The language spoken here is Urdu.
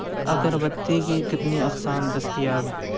اگربتی کی کتنی اقسام دستیاب ہیں